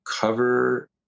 cover